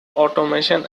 automation